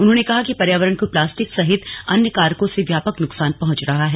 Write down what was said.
उन्होंने कहा कि पर्यावरण को प्लास्टिक सहित अन्य कारकों से व्यापक नुकसान पहुंच रहा है